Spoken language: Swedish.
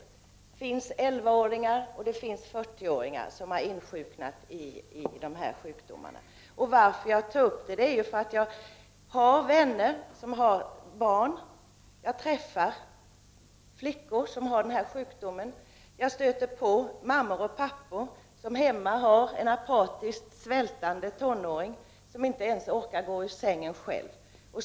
Det finns 11-åringar och 40-åringar som insjuknat i dessa sjukdomar. Jag tar upp frågan därför att jag har vänner som har barn med dessa sjukdomar. Jag stöter på mammor och pappor som hemma har ett apatiskt svältande barn som inte ens orkar gå själv ur sängen.